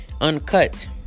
Uncut